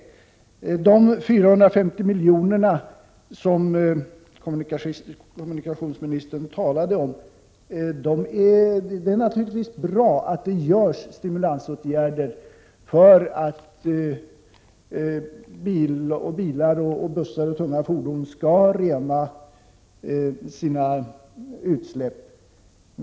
När det gäller de 450 miljoner som kommunikationsministern talade om är det naturligtvis bra att det vidtas stimulansåtgärder för att bilar, bussar och andra tunga fordon skall rena sina utsläpp.